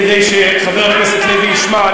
כדי שחבר הכנסת לוי ישמע,